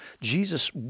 Jesus